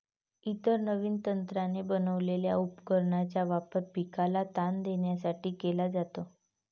इतर नवीन तंत्राने बनवलेल्या उपकरणांचा वापर पिकाला ताण देण्यासाठी केला जातो